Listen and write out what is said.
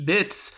Bits